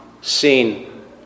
seen